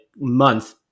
month